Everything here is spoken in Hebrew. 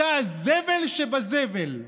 אתה הזבל שבזבל.